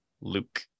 Luke